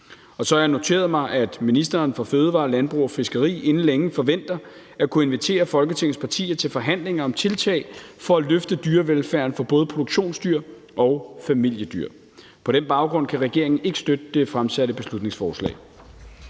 Og så har jeg noteret mig, at ministeren for fødevarer, landbrug og fiskeri inden længe forventer at kunne invitere Folketingets partier til forhandlinger om tiltag for at løfte dyrevelfærden for både produktionsdyr og familiedyr. På den baggrund kan regeringen ikke støtte det fremsatte beslutningsforslag.